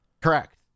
Correct